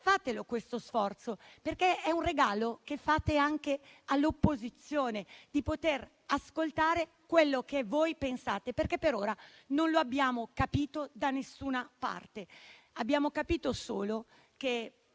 Fate questo sforzo, perché è un regalo che fate anche all'opposizione poter ascoltare quello che pensate, perché per ora non lo abbiamo capito da nessuna parte. Abbiamo capito solo che